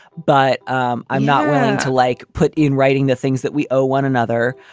but um i'm not willing to like put in writing the things that we owe one another.